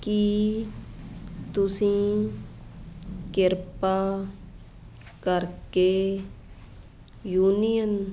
ਕੀ ਤੁਸੀਂ ਕਿਰਪਾ ਕਰਕੇ ਯੂਨੀਅਨ